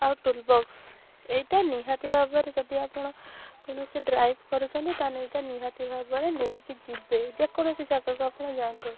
ଆଉ tool box ଏଇଟା ନିହାତି ଭାବରେ ଯଦି ଆପଣ କୌଣସି ଡ୍ରାଇଭ୍ କରୁଛନ୍ତି ତା'ହେଲେ ଏଇଟା ନିହାତି ଭାବରେ ନେଇକି ଯିବେ ଯେକୌଣସି ଜାଗାକୁ ଆପଣ ଯାଆନ୍ତୁ